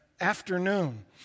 afternoon